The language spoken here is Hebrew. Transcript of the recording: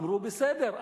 אמרו: בסדר,